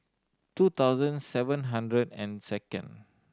two thousand seven hundred and second